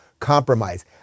compromise